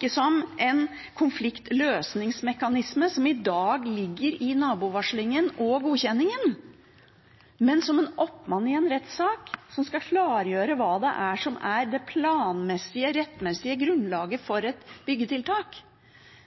ikke som en konfliktsløsingsmekanisme, som i dag ligger i nabovarslingen og godkjenningen, men som en oppmann i en rettssak, som skal klargjøre hva som er det planmessige, rettmessige, grunnlaget for et byggetiltak.